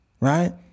Right